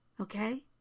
okay